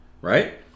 right